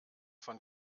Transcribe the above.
von